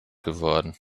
geworden